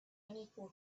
unequal